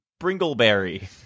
Bringleberry